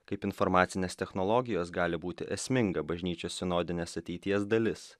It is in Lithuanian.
kaip informacinės technologijos gali būti esminga bažnyčios sinodinės ateities dalis